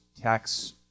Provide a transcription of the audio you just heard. tax